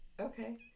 Okay